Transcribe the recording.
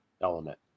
element